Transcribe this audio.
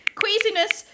queasiness